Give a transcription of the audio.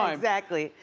um exactly.